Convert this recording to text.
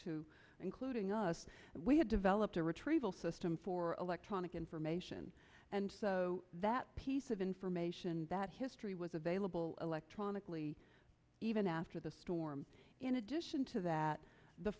to including us and we had developed a retrieval system for electronic information and that piece of information that history was available electronically even after the storm in addition to that the